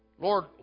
Lord